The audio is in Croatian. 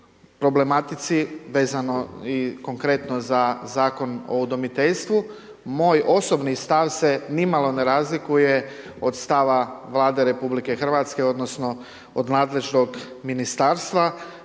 problematici vezano konkretno za Zakon o udomiteljstvu. Moj osobni stav se ni malo ne razlikuje od stava Vlade RH odnosno od nadležnog Ministarstva.